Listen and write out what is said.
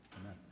Amen